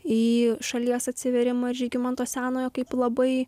į šalies atsivėrimą ir žygimanto senojo kaip labai